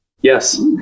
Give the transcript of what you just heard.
Yes